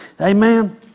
Amen